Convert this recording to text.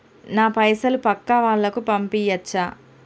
నా పైసలు పక్కా వాళ్ళకు పంపియాచ్చా?